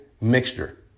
mixture